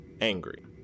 Angry